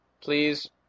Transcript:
please